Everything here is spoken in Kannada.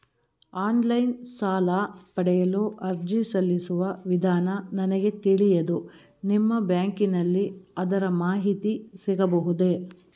ಆನ್ಲೈನ್ ಸಾಲ ಪಡೆಯಲು ಅರ್ಜಿ ಸಲ್ಲಿಸುವ ವಿಧಾನ ನನಗೆ ತಿಳಿಯದು ನಿಮ್ಮ ಬ್ಯಾಂಕಿನಲ್ಲಿ ಅದರ ಮಾಹಿತಿ ಸಿಗಬಹುದೇ?